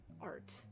art